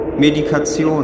Medikation